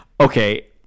Okay